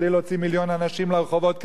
כדי להוציא מיליון אנשים לרחובות,